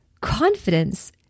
confidence